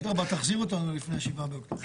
אדרבא, תחזיר אותנו לפני ה-7 באוקטובר.